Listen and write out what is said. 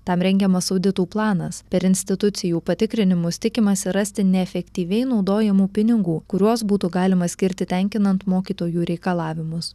tam rengiamas auditų planas per institucijų patikrinimus tikimasi rasti neefektyviai naudojamų pinigų kuriuos būtų galima skirti tenkinant mokytojų reikalavimus